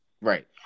right